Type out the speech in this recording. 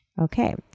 Okay